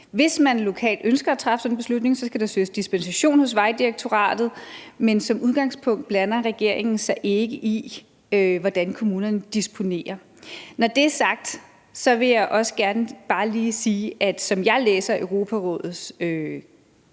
Hvis man lokalt ønsker at træffe sådan en beslutning, skal der søges dispensation hos Vejdirektoratet, men som udgangspunkt blander regeringen sig ikke i, hvordan kommunerne disponerer. Når det er sagt, vil jeg også bare gerne lige sige, at som jeg læser Europarådets konklusioner,